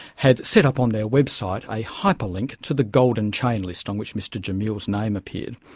had set up on their website a hyperlink to the golden chain list on which mr jamil's name appeared.